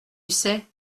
sais